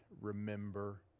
remember